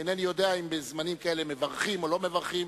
אינני יודע אם בזמנים כאלה מברכים או לא מברכים,